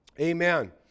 Amen